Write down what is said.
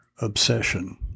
obsession